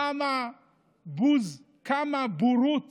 כמה בוז, כמה בורות